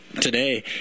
today